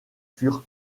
furent